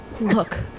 Look